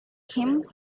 him